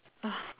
oh